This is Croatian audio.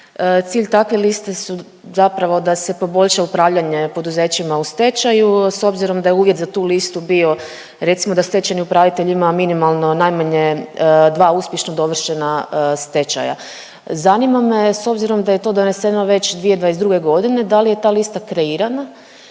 Cilj takve liste su zapravo da se poboljša upravljanje poduzećima u stečaju. S obzirom da je uvjet za tu listu bio recimo da stečajni upravitelj ima minimalno najmanje dva uspješno dovršena stečaja. Zanima me s obzirom da je to doneseno već 2022. godine da li je ta lista kreirana